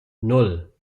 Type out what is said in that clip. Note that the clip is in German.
nan